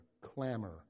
clamor